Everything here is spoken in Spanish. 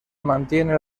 mantiene